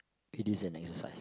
P this and exercise